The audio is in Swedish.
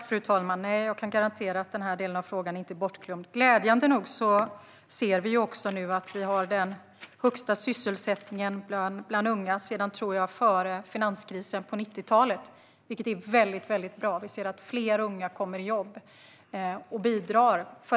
Fru talman! Jag kan garantera att den delen av frågan inte är bortglömd. Glädjande nog ser vi nu också den högsta sysselsättningen bland unga sedan, tror jag, före finanskrisen på 90-talet. Det är väldigt bra. Fler unga kommer i jobb och bidrar.